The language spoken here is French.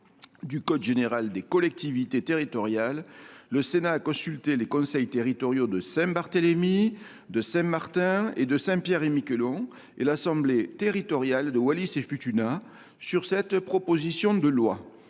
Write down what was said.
du code général des collectivités territoriales, le Sénat a consulté les conseils territoriaux de Saint Barthélemy, de Saint Martin et de Saint Pierre et Miquelon ainsi que l’assemblée territoriale de Wallis et Futuna sur cette proposition de loi.